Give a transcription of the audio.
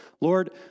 Lord